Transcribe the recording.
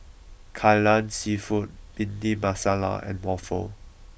Kai Lan seafood Bhindi Masala and waffle